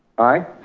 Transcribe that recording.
aye.